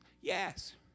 yes